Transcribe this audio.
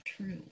true